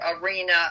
arena